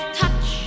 touch